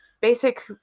basic